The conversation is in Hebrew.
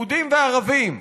יהודים וערבים,